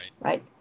right